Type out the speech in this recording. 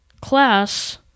class